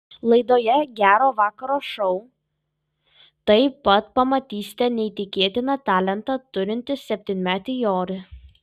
laidoje gero vakaro šou taip pat pamatysite neįtikėtiną talentą turintį septynmetį jorį